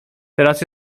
teraz